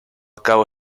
cabo